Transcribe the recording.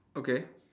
okay